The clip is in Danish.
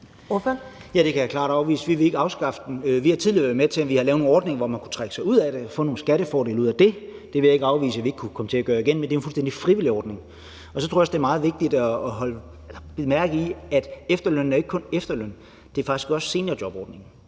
Ja, det kan jeg klart afvise. Vi vil ikke afskaffe den. Vi har tidligere været med til at lave en ordning, hvor man kunne trække sig ud af det og få nogle skattefordele ud af det. Det vil jeg ikke afvise at vi kunne komme til at gøre igen, men det er en fuldstændig frivillig ordning. Jeg tror også, det er meget vigtigt at bide mærke i, at efterlønnen ikke kun er efterløn; det er faktisk også seniorjobordningen.